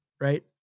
right